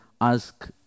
ask